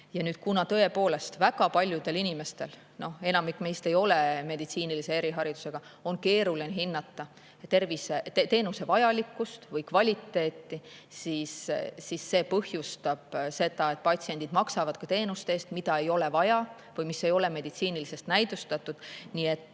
Ja kuna tõepoolest väga paljudel inimestel – enamik meist ei ole meditsiinilise eriharidusega – on keeruline hinnata teenuse vajalikkust või kvaliteeti, siis see põhjustab seda, et patsiendid maksavad ka teenuste eest, mida ei ole vaja või mis ei ole meditsiiniliselt näidustatud. Nii et